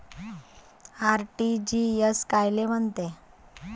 RTGS कायले म्हनते?